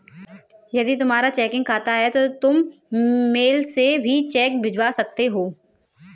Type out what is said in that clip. यदि तुम्हारा चेकिंग खाता है तो तुम मेल से भी चेक भिजवा सकते हो